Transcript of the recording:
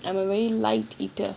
I'm a very light eater